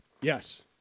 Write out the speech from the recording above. Yes